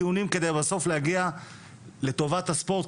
ונקיים דיונים כדי בסוף להגיע לטובת הספורט,